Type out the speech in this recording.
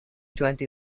twenty